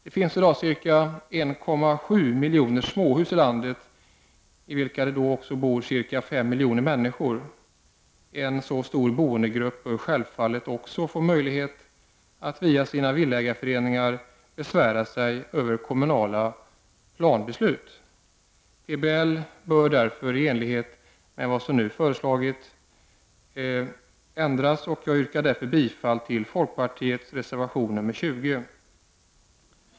Det finns i dag ca 1,7 miljoner småhus i landet, i vilka det bor ca 5 miljoner människor en så stor boendegrupp bör självfallet få möjlighet att också via sina villaägarföreningar besvära sig över kommunala planbeslut. PBL bör därför ändras i enlighet med vad som nu föreslagits. Jag yrkar bifall till folkpartiets reservation nr 20.